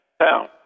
town